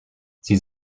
sie